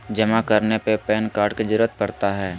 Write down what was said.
जमा करने में पैन कार्ड की जरूरत पड़ता है?